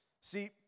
See